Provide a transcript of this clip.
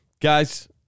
guys